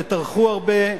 שטרחו הרבה,